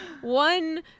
one